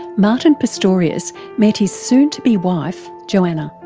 martin pistorius met his soon to be wife, joanna.